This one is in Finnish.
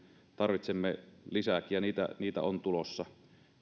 tarvitsemme lisääkin ja niitä niitä on tulossa